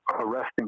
arresting